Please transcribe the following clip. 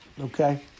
Okay